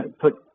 put